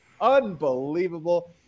unbelievable